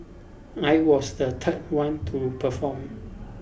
I was the third one to perform